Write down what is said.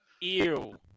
Ew